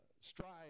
strive